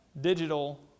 digital